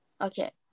Okay